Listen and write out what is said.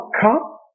come